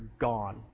gone